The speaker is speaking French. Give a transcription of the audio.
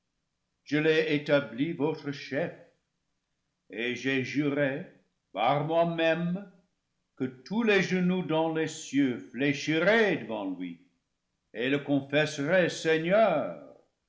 je l'ai établi votre chef et j'ai juré par moi-même que tous les ge noux dans les cieux fléchiraient devant lui et le confesse raient seigneur